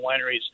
Wineries